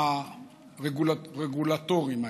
הרגולטורים האלה.